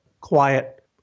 quiet